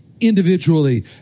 individually